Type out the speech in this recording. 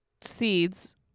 seeds